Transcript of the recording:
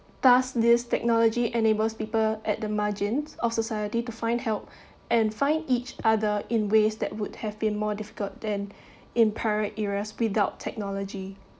thus this technology enables people at the margins of society to find help and find each other in ways that would have been more difficult than imperiled areas without technology